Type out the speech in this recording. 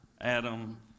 Adam